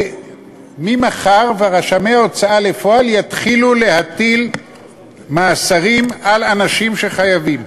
וכבר ממחר רשמי ההוצאה לפועל יתחילו להטיל מאסרים על אנשים שחייבים.